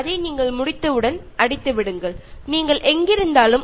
ഈ ലിസ്റ്റ് നിങ്ങളുടെ കൂടെ തന്നെ കൊണ്ടു നടക്കാവുന്നതാണ്